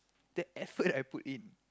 the effort I put in